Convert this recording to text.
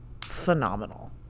phenomenal